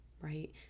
right